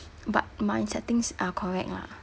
but my settings are correct lah